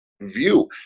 view